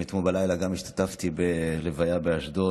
גם אתמול בלילה השתתפתי בלוויה כואבת באשדוד,